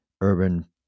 urban